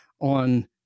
on